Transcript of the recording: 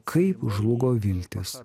kaip žlugo viltys